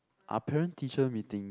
are parent teacher meeting